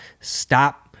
stop